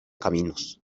caminos